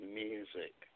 music